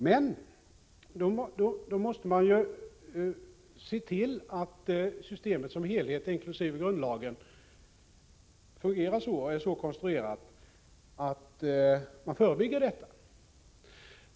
Men då måste man se till att systemet som helhet, inklusive grundlagen, är så konstruerat att man förebygger detta.